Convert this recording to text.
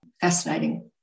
fascinating